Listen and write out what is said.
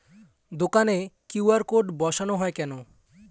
দোকানে QR code বসানো হয় কেন?